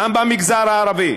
גם במגזר הערבי